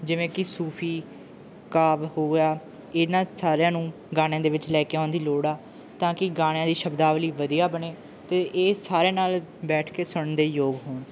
ਜਿਵੇਂ ਕਿ ਸੂਫੀ ਕਾਵਿ ਹੋਇਆ ਇਹਨਾਂ ਸਾਰਿਆਂ ਨੂੰ ਗਾਣਿਆਂ ਦੇ ਵਿੱਚ ਲੈ ਕੇ ਆਉਣ ਦੀ ਲੋੜ ਆ ਤਾਂ ਕਿ ਗਾਣਿਆਂ ਦੀ ਸ਼ਬਦਾਵਲੀ ਵਧੀਆ ਬਣੇ ਅਤੇ ਇਹ ਸਾਰਿਆਂ ਨਾਲ ਬੈਠ ਕੇ ਸੁਣਨ ਦੇ ਯੋਗ ਹੋਣ